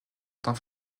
teint